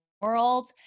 world